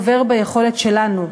עובר ביכולת שלנו,